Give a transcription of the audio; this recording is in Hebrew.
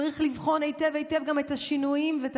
צריך לבחון היטב היטב גם את השינויים ואת